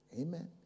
Amen